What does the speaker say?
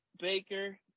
Baker